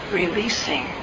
releasing